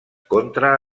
contra